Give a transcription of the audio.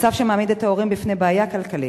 מצב שמעמיד את ההורים בפני בעיה כלכלית.